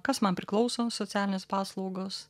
kas man priklauso socialinės paslaugos